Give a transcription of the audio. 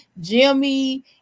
Jimmy